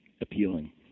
appealing